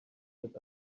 that